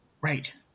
Right